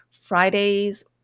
Fridays